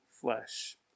flesh